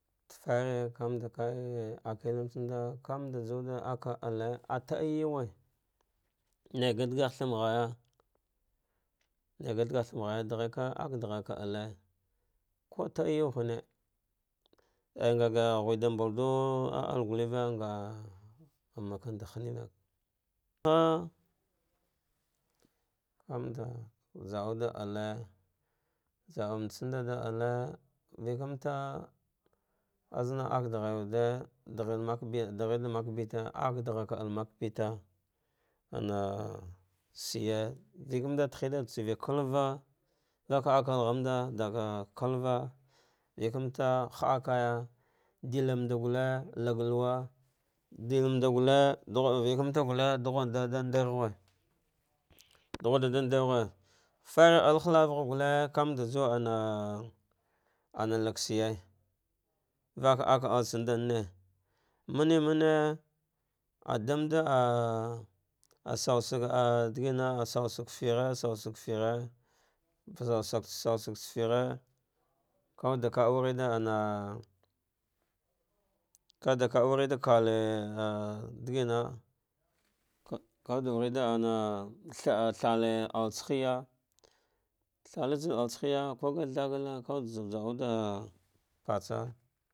Fafgheghe kamand kae akele tsanɗa kanaɗ juwa ɗa alkaate ah tah juwe naiga dagha tha ma ghaja ɗaghe ka akɗa gharka alte kuu ta ah yuwa hane ayy nga ghue ngonɗa ah alle gulleva nga amaka va halile ah vamanɗa za auɗa alle jaauts tsanda alle, vekaanta azzama akɗarghar wude dagh, ɗaghe wude ɗa mava beta ali akɗa ghar val ale makan beta ana shiye viakan ta tahika ɗa tsave kalva faka ak allegh monda, daga kalva viekamata hadavaya ɗelmanda gwlte tha laglauwa ɗelmanɗa galle ɗa ghuia ɗughumanɗ ɗa ɗarge vaɗak vam ɗarghe fari alle halvagh gulle vanal and tsu ana ana lagshiye va akalle tsamantent mane maal ah ɗamva ah ah saw sagh digina ah saw sagh fighe asawsagh fighe, pazut swats sawsgh fighe, ka ka wude ɗa wura ɗa anna kaɗe ana digana to kawuɗe wure de ana tsa tharte altetse hnya tharte tsan ah tsa hiye koga thau galla kawwely patha.